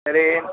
ಅದೆ ಏನು